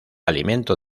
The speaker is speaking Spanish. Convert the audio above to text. alimento